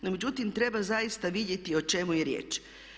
No međutim, treba zaista vidjeti o čemu je riječ.